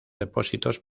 depósitos